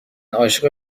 عاشق